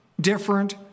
different